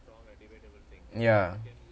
ya